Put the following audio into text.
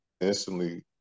instantly